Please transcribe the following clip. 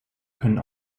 können